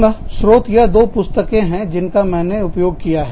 पुनः स्रोतयह दो पुस्तकें हैं जिनका मैंने उपयोग किया है